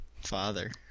Father